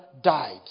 died